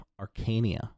Arcania